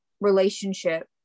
relationship